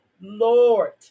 Lord